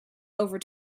over